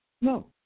No